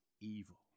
evil